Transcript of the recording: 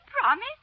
Promise